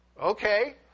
Okay